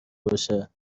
باشه